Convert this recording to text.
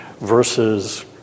versus